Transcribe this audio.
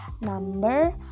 number